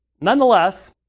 Nonetheless